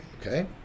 okay